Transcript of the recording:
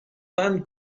band